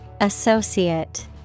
Associate